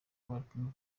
barikumwe